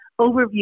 overview